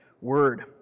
word